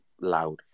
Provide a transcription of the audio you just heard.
loud